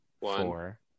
Four